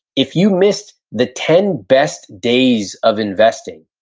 if you missed the ten best days of investing,